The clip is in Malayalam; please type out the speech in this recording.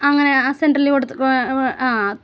അങ്ങനെ ആ സെൻട്റ്ല് കൊടുത്ത് ആ ആ